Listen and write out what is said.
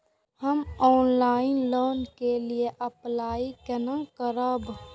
हम online loan के लिए अप्लाई केना करब?